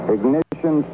Ignition